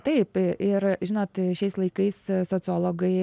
taip ir žinot šiais laikais sociologai